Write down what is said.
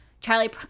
Charlie